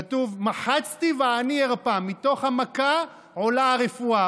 כתוב: "מחצתי ואני ארפא" מתוך המכה עולה הרפואה.